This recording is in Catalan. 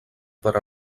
per